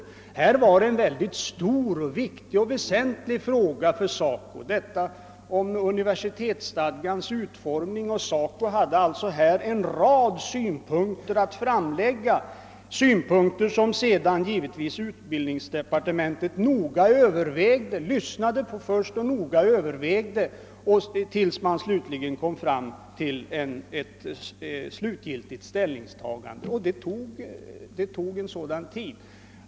Bl. a. var universitetsstadgans utformning en stor och väsentlig fråga för SACO, som hade en rad synpunkter att framlägga. Dessa synpunkter övervägdes givetvis noga av utbildningsdepartementet, varefter man slutgiltigt tog ställning. Detta tog så lång tid i anspråk som nämnts.